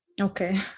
Okay